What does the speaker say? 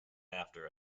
after